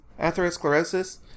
atherosclerosis